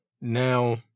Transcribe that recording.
Now